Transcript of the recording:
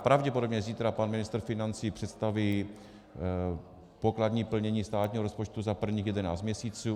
Pravděpodobně zítra pan ministr financí představí pokladní plnění státního rozpočtu za prvních 11 měsíců.